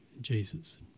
Jesus